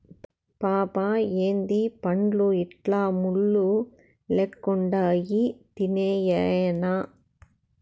పాపా ఏందీ పండ్లు ఇట్లా ముళ్ళు లెక్కుండాయి తినేయ్యెనా